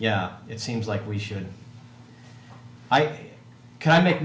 it seems like we should i can make